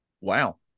Wow